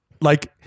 Like-